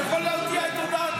אני יכול להודיע את הודעתי.